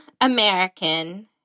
American